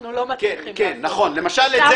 למשל,